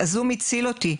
הזום הציל אותי,